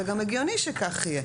וגם הגיוני שכך יהיה.